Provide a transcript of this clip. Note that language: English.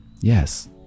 Yes